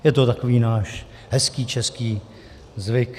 Je to takový náš hezký český zvyk.